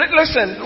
listen